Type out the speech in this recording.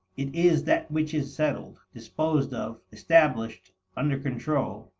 it is that which is settled, disposed of, established, under control.